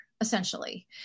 essentially